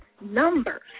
numbers